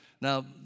Now